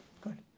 Good